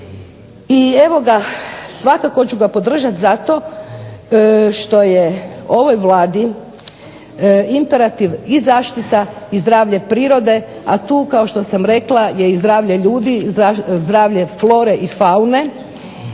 I evo ga, svakako ću ga podržati zato što je ovoj Vladi imperativ i zaštita i zdravlje prirode, a tu kao što sam rekla je i zdravlje ljudi, zdravlje flore i faune